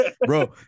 Bro